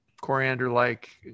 coriander-like